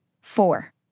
Four